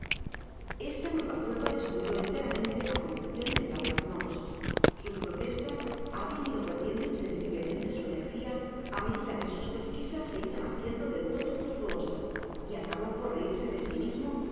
esta nueva prueba destruyó enteramente la conviccion en el alma de monks sus protestas habian ido perdiendo insensiblemente su energia á medida que sus pesquisas se iban haciendo del todo infructuosas y acabó por reirse de si mismo